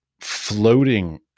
floating